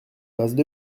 passent